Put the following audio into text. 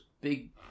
big